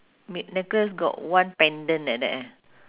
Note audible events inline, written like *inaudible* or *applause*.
*noise* necklace got one pendant like that eh